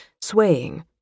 swaying